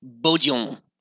Bodion